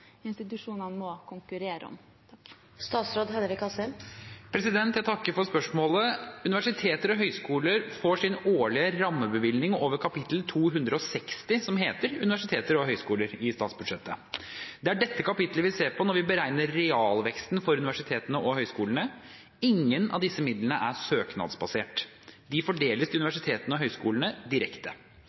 institusjonene må konkurrere om?» Jeg takker for spørsmålet. Universiteter og høyskoler får sin årlige rammebevilgning over kapittel 260, som heter Universiteter og høyskoler, i statsbudsjettet. Det er dette kapitlet vi ser på når vi beregner realveksten for universitetene og høyskolene. Ingen av disse midlene er søknadsbasert. De fordeles til universitetene og høyskolene direkte.